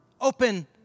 open